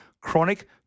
chronic